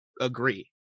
agree